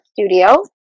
Studio